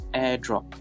airdrop